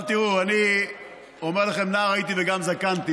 אני אומר לכם, נער הייתי גם זקנתי,